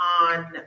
on